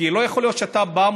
כי לא יכול להיות שאתה בא,